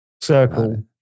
circle